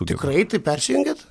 tikrai tai persijungiat